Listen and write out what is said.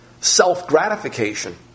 self-gratification